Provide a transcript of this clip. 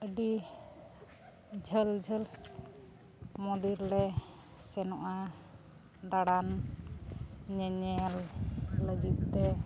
ᱟᱹᱰᱤ ᱡᱷᱟᱹᱞ ᱡᱷᱟᱹᱞ ᱢᱚᱱᱫᱤᱨ ᱞᱮ ᱥᱮᱱᱚᱜᱼᱟ ᱫᱟᱬᱟᱱ ᱧᱮᱧᱮᱞ ᱞᱟᱹᱜᱤᱫ ᱛᱮ